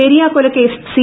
പെരിയ കൊലക്കേസ് സി